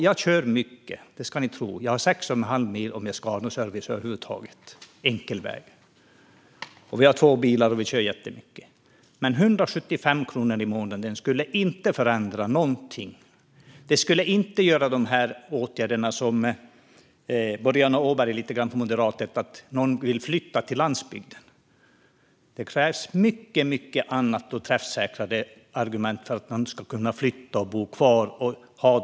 Jag kör mycket; det ska ni tro. Jag har 6 1⁄2 mil att köra om jag ska ha någon service över huvud taget - enkel väg. Vi har två bilar, och vi kör jättemycket. Men 175 kronor i månaden skulle inte förändra någonting. Det skulle inte resultera i det som Boriana Åberg från Moderaterna lite grann antydde, nämligen att någon vill flytta till landsbygden. Det krävs helt andra och mer träffsäkra argument för att människor ska vilja flytta till och bo kvar på landsbygden.